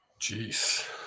Jeez